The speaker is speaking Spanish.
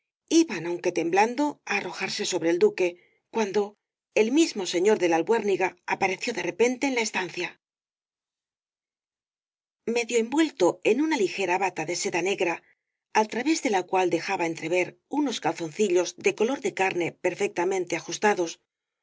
iban aunque temblando á arrojarse sobre el duque cuando el mismo señor de la albuérniga apareció de repente en la estancia medio envuelto en una ligera bata de seda negra al través de la cual dejaba entrever unos calzoncillos de color de carne perfectamente ajustados